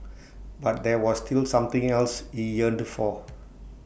but there was still something else he yearned for